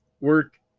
work